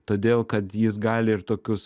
todėl kad jis gali ir tokius